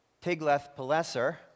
Tiglath-Pileser